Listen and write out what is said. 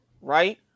right